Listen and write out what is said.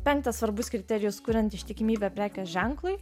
penktas svarbus kriterijus kuriant ištikimybę prekės ženklui